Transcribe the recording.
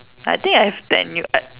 I think I have tell you uh